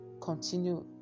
continue